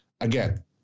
again